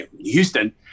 Houston